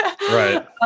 Right